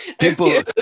People